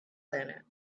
planet